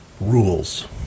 rules